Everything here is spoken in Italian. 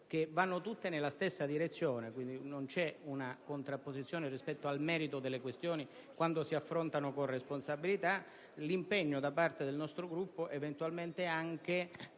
che vanno tutte nella stessa direzione. Non vi è contrapposizione rispetto al merito delle questioni quando si affrontano con responsabilità. L'impegno da parte del nostro Gruppo è eventualmente teso